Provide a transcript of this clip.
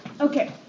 Okay